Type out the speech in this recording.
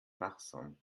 wachsam